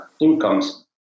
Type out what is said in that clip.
incomes